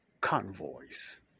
convoys